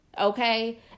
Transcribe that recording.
Okay